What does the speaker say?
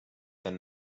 than